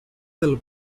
del